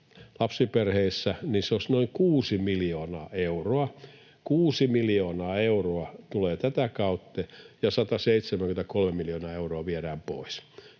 lapsiperheissä, se olisi noin 6 miljoonaa euroa — 6 miljoonaa euroa tulee tätä kautta, ja 173 miljoonaa euroa viedään pois.